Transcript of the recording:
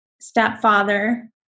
stepfather